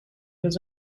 was